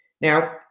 Now